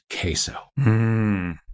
queso